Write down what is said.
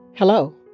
Hello